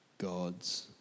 God's